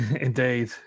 Indeed